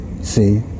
See